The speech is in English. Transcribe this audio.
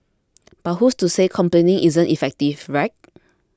but who's to say complaining isn't effective right